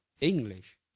English